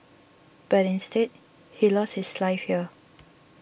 but instead he lost his life here